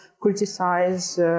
criticize